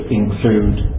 include